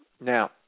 Now